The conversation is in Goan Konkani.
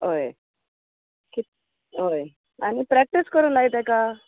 होय कित होय आनी प्रॅक्टीस करून लायता तेका